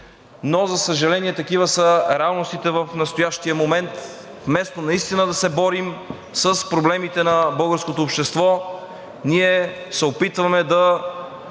За съжаление, такива са реалностите в настоящия момент и вместо наистина да се борим с проблемите на българското общество, ние се опитваме да